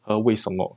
和为什么